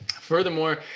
Furthermore